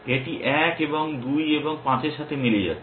এটি 1 এবং 2 এবং 5 এর সাথে মিলে যাচ্ছে